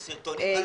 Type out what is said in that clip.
יש סרטונים.